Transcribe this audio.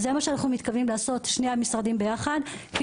זה מה שאנחנו, שני המשרדים יחד, מתכוונים לעשות.